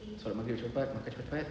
solat maghrib cepat makan cepat